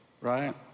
right